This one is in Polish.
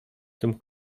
tym